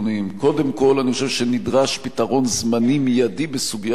אני חושב שנדרש פתרון זמני מיידי בסוגיית החיבורים לחשמל.